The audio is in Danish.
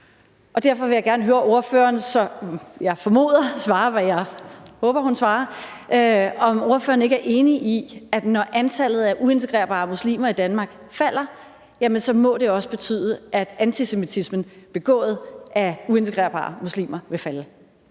Derfor vil jeg gerne høre ordføreren, som jeg formoder svarer, hvad jeg håber hun svarer, om ordføreren ikke er enig i, at når antallet af uintegrerbare muslimer i Danmark falder, må det også betyde, at antisemitismen begået af uintegrerbare muslimer vil falde.